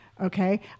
Okay